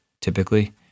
typically